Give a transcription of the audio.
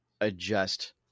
adjust